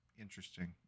Interesting